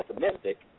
pessimistic